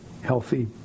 healthy